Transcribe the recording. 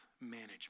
management